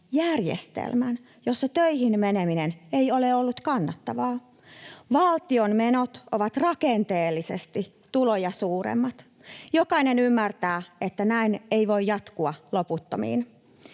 järjestelmän, jossa töihin meneminen ei ole ollut kannattavaa. Valtion menot ovat rakenteellisesti tuloja suuremmat. Jokainen ymmärtää, että näin ei voi jatkua loputtomiin.